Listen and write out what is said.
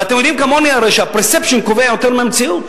ואתם הרי יודעים כמוני שה-perception קובע יותר מהמציאות.